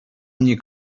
mnie